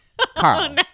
Carl